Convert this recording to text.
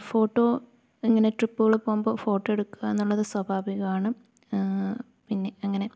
photo ഇങ്ങനെ ട്രിപ്പുകൾ പോകുമ്പോൾ ഫോട്ടോയെടുക്കുക എന്നുള്ളത് സ്വാഭാവികമാണ് പിന്നെ അങ്ങനെ